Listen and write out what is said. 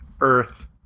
Earth